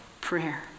prayer